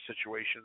situations